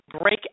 break